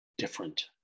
different